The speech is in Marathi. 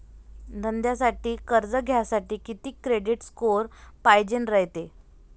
धंद्यासाठी कर्ज घ्यासाठी कितीक क्रेडिट स्कोर पायजेन रायते?